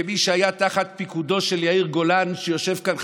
כמי שהיה תחת פיקודו של יאיר גולן שיושב כאן,